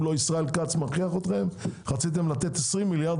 בקורונה רציתם לתת 20 מיליארד,